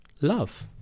love